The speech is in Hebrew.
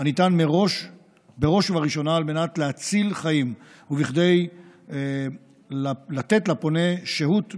הניתן בראש ובראשונה על מנת להציל חיים וכדי לתת לפונה שהות בישראל,